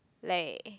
like